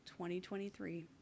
2023